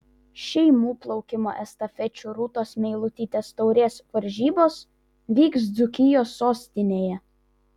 šeimų plaukimo estafečių rūtos meilutytės taurės varžybos vyks dzūkijos sostinėje